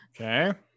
Okay